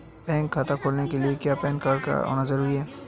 Bank खाता खोलने के लिए क्या पैन कार्ड का होना ज़रूरी है?